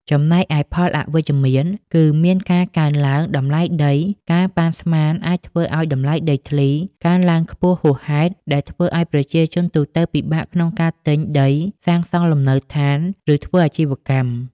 ចំណែកឯផលអវិជ្ជមាន គឺមានការកើនឡើងតម្លៃដី ការប៉ាន់ស្មានអាចធ្វើឲ្យតម្លៃដីធ្លី កើនឡើងខ្ពស់ហួសហេតុ ដែលធ្វើឲ្យប្រជាជនទូទៅពិបាកក្នុងការទិញដីសាងសង់លំនៅដ្ឋាន ឬធ្វើអាជីវកម្ម។